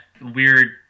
weird